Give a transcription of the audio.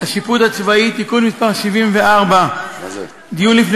השיפוט הצבאי (תיקון מס' 74) (דיון לפני